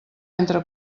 entre